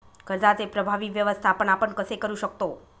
कर्जाचे प्रभावी व्यवस्थापन आपण कसे करु शकतो?